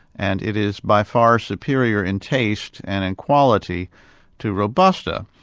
and it is by far superior in taste and in quality to robusta,